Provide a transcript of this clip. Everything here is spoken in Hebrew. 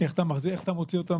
איך אתה מוציא אותו מהבית,